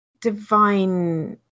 divine